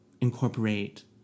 incorporate